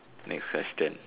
next question